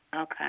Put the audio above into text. Okay